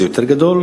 זה יותר גדול,